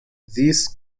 these